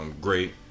great